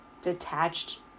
detached